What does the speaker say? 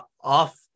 off